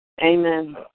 amen